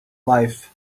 life